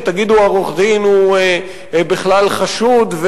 שתגידו עורך-דין הוא בכלל חשוד,